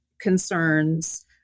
concerns